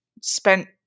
spent